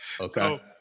Okay